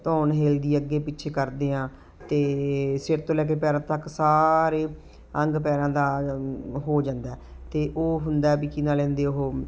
ਧੋਣ ਹਿੱਲਦੀ ਹੈ ਅੱਗੇ ਪਿੱਛੇ ਕਰਦੇ ਹਾਂ ਅਤੇ ਸਿਰ ਤੋਂ ਲੈ ਕੇ ਪੈਰਾਂ ਤੱਕ ਸਾਰੇ ਅੰਗ ਪੈਰਾਂ ਦਾ ਹੋ ਜਾਂਦਾ ਅਤੇ ਉਹ ਹੁੰਦਾ ਵੀ ਕੀ ਨਾਂਅ ਲੈਂਦੇ ਉਹ